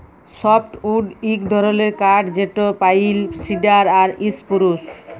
softwood ইক ধরলের কাঠ যেট পাইল, সিডার আর ইসপুরুস